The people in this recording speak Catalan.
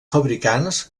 fabricants